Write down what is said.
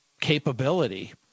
capability